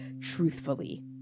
truthfully